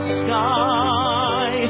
sky